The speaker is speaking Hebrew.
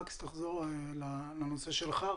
מקס, תחזור לנושא שלך.